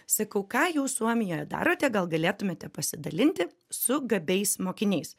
sakau ką jūs suomijoje darote gal galėtumėte pasidalinti su gabiais mokiniais